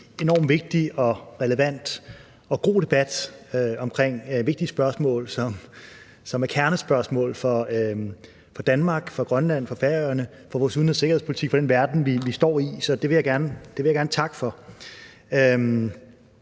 en enorm vigtig, relevant og god debat om vigtige spørgsmål, som er kernespørgsmål for Danmark, for Grønland, for Færøerne og for vores udenrigs- og sikkerhedspolitik og for den verden, vi står i. Det vil jeg gerne takke for.